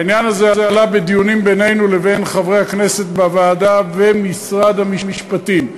העניין הזה עלה בדיונים בינינו לבין חברי הכנסת בוועדה ומשרד המשפטים.